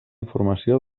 informació